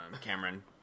Cameron